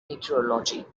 meteorology